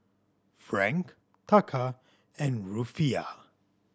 Franc Taka and Rufiyaa